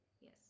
Yes